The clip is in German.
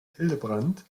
hillebrand